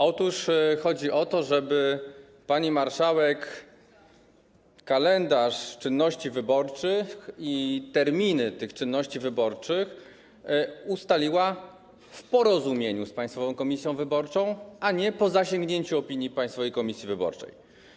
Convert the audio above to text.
Otóż chodzi o to, żeby pani marszałek kalendarz czynności wyborczych i terminy tych czynności wyborczych ustaliła w porozumieniu z Państwową Komisją Wyborczą, a nie po zasięgnięciu opinii Państwowej Komisji Wyborczej.